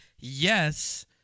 yes